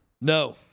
No